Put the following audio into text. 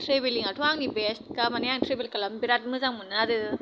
travelling याथ' आंनि बेस्थखा मानि आं ट्रेभेल खालामनो बिराद मोजां मोनो आरो